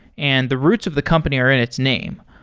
and the roots of the company are in its name.